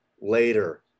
later